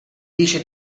dice